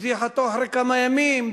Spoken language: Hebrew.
פתיחתו אחרי כמה ימים,